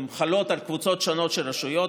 הן חלות על קבוצות שונות של רשויות,